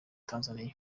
tanzania